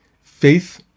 Faith